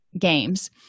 games